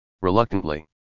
Reluctantly